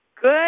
Good